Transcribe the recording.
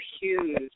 huge